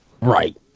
right